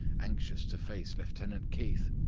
anxious to face lieutenant keith.